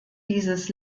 dieses